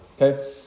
okay